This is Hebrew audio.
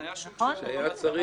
אני מקווה